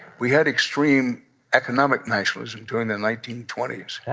we had extreme economic nationalism during the nineteen twenty s.